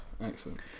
Excellent